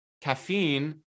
Caffeine